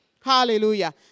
Hallelujah